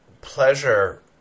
pleasure